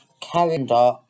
Calendar